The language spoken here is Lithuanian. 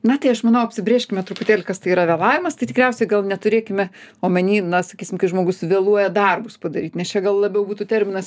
na tai aš manau apsibrėžkime truputėlį kas tai yra vėlavimas tai tikriausiai gal neturėkime omeny na sakysim kai žmogus vėluoja darbus padaryt nes čia gal labiau būtų terminas